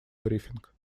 брифинг